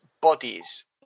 bodies